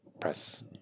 press